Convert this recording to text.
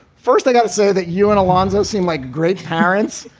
first, i got to say that you and alonzo seem like great parents.